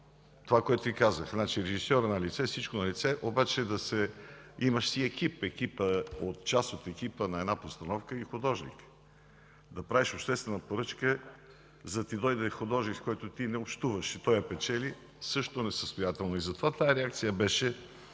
Това, което Ви казах – режисьорът налице, всичко налице, обаче си има екип. Част от екипа на една постановка е и художникът. Да правиш обществена поръчка, за да ти дойде художник, с който ти не общуваш, а той я печели, е също несъстоятелно. Затова тази реакция беше